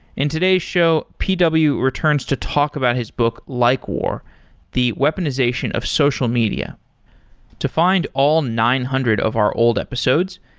in today's show, p w. returns to talk about his book likewar the weaponization of social media to find all nine hundred of our old episodes,